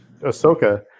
Ahsoka